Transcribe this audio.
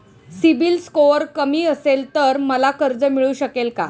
CIBIL score कमी असेल तर मला कर्ज मिळू शकेल का?